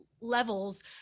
levels